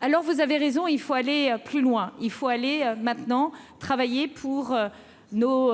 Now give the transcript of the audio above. alors vous avez raison, il faut aller plus loin, il faut aller maintenant travailler pour nos